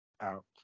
out